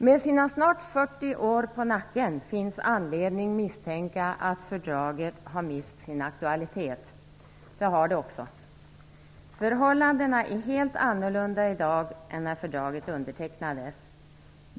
Det finns anledning att misstänka att fördraget med sina snart 40 år på nacken har mist sin aktualitet. Det har det också. Förhållandena är helt andra i dag än när fördraget undertecknades.